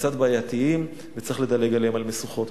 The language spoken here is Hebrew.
קצת בעייתיים וצריך לדלג בהם על משוכות?